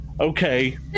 Okay